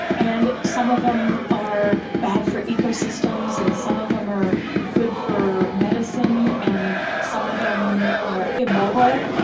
and some of them are bad for ecosystems and some of them are good for medicine, and some of them are immortal,